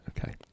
Okay